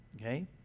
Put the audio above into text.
Okay